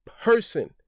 person